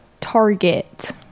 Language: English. Target